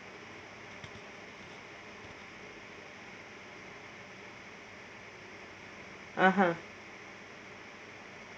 (uh huh)